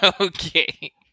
Okay